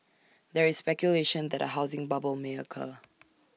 there is speculation that A housing bubble may occur